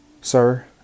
sir